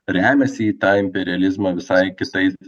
remiasi į tą imperializmą visai kitais